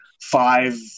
five